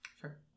Sure